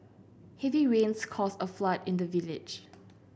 heavy rains caused a flood in the village